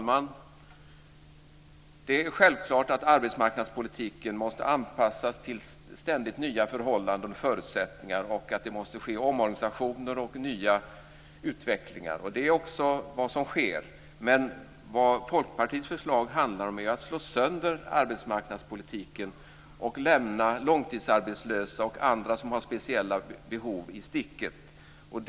Fru talman! Smit inte, Lena Ek - kremlologi nämndes - men vad jag hänvisade till är Lena Eks reservation från den 15 november, Lena Eks särskilda yttrande från den 15 december och Lena Eks reservation som är aktuell här i dag.